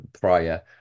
prior